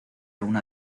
una